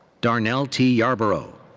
darnell t. yarberough.